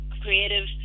creative